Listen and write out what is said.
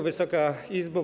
Wysoka Izbo!